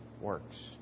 works